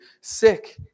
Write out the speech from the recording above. sick